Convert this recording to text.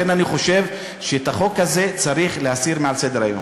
לכן אני חושב שאת החוק הזה צריך להסיר מסדר-היום.